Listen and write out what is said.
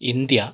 India